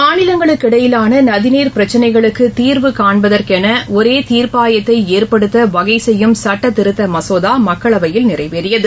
மாநிலங்களுக்கு இடையிலானநதிநீர் பிரச்சினைகளக்குதீர்வு காண்பதற்கெனஒரேதீர்ப்பாயத்தைஏற்படுத்தவகைசெய்யும் சுட்டத் திருத்தமசோதாமக்களவையில் நிறைவேறியது